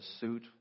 suit